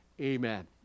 Amen